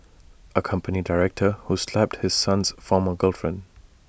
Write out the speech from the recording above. A company director who slapped his son's former girlfriend